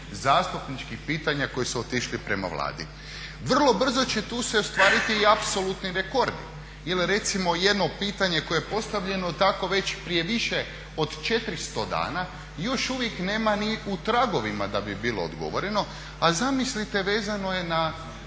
zastupničkih pitanja koji su otišli prema Vladi. Vrlo brzo će tu se ostvariti i apsolutni rekordi jer recimo jedno pitanje koje je postavljeno tako već prije više od 400 dana još uvijek nema ni u tragovima da bi bilo odgovoreno, a zamislite vezano je na